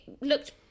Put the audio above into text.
looked